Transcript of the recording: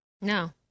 No